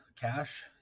cash